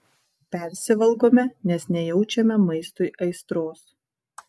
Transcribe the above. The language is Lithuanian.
persivalgome nes nejaučiame maistui aistros